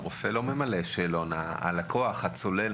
הרופא לא ממלא את השאלון אלא הצולל.